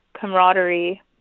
camaraderie